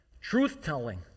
Truth-telling